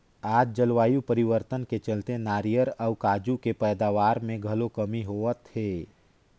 आज जलवायु परिवर्तन के चलते नारियर अउ काजू के पइदावार मे घलो कमी होवत हे